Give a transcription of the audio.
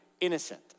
innocent